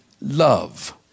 love